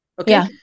Okay